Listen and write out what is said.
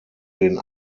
den